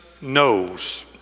knows